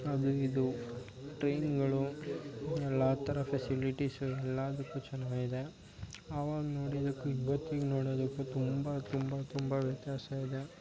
ಅದು ಇದು ಟ್ರೈನುಗಳು ಎಲ್ಲ ಥರ ಫೆಸಿಲಿಟಿಸು ಎಲ್ಲದಕ್ಕು ಚೆನ್ನಾಗಿದೆ ಅವಾಗ ನೋಡಿದ್ದಕ್ಕೂ ಇವತ್ತಿಗೆ ನೋಡೋದಕ್ಕೂ ತುಂಬ ತುಂಬ ತುಂಬ ವ್ಯತ್ಯಾಸ ಇದೆ